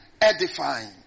edifying